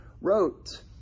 wrote